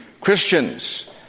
Christians